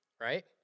right